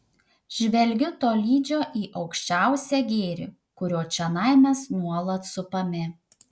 žvelgiu tolydžio į aukščiausią gėrį kurio čionai mes nuolat supami